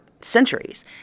centuries